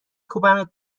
کوبمت